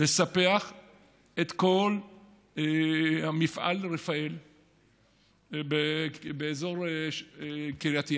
לספח את כל מפעל רפאל באזור קריית ים,